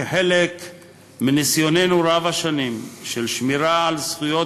כחלק מניסיוננו רב-השנים בשמירה על זכויות